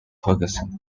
ferguson